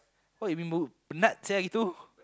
what you mean penat sia gitu